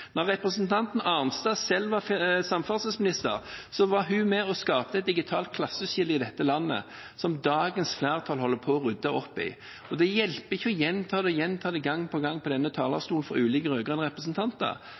å skape et digitalt klasseskille i dette landet, som dagens flertall holder på å rydde opp i. Det hjelper ikke å gjenta det gang på gang på denne talerstolen fra ulike rød-grønne representanter.